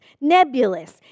nebulous